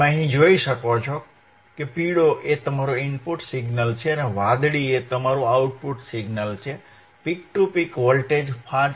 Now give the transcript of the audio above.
તમે અહીં જોઈ શકો છો પીળો એ તમારો ઇનપુટ સિગ્નલ છે વાદળી એ તમારો આઉટપુટ સિગ્નલ છે પીક ટુ પીક વોલ્ટેજ 5